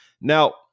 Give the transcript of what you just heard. Now